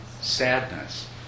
Sadness